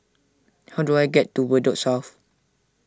how do I get to Bedok South